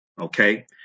Okay